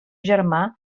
germà